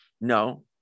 No